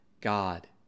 God